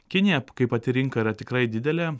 kinija kaip pati rinka yra tikrai didelė